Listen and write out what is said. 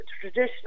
traditional